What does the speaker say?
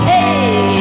Hey